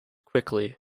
quickly